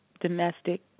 domestic